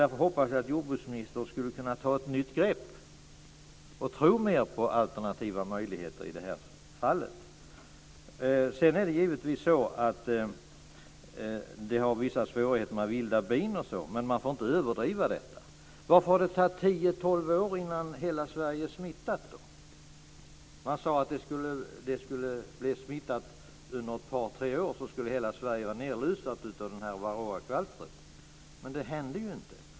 Därför hade jag hoppats att jordbruksministern skulle kunna ta ett nytt grepp och tro mer på alternativa möjligheter i det här fallet. Sedan är det givetvis så att det är vissa svårigheter med vilda bin, men man får inte överdriva detta. Varför har det tagit 10-12 år innan hela Sverige är smittat? Man sade att inom ett par tre år skulle hela Sverige vara nedlusat av varroakvalstret. Men det hände inte.